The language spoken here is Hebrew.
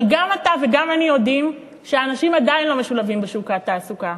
אבל גם אתה וגם אני יודעים שהאנשים עדיין לא משולבים בשוק התעסוקה.